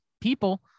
people